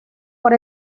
por